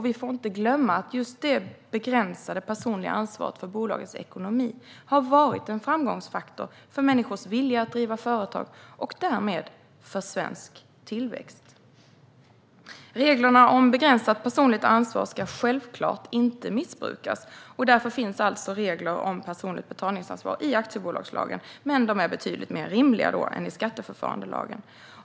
Vi får inte glömma att just detta begränsade personliga ansvar för bolagens ekonomi har varit en framgångsfaktor för människors vilja att driva företag och därmed för svensk tillväxt. Reglerna om begränsat personligt ansvar ska självklart inte missbrukas. Därför finns alltså regler om personligt betalningsansvar i aktiebolagslagen, men de är betydligt mer rimliga än reglerna i skatteförfarandelagen.